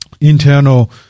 internal